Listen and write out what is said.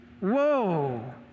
whoa